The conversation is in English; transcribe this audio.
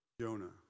Jonah